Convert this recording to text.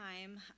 time